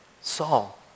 Saul